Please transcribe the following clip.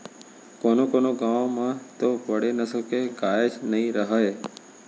कोनों कोनों गॉँव म तो बड़े नसल के गायेच नइ रहय